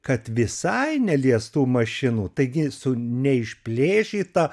kad visai neliestų mašinų taigi su neišplėšyta